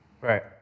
Right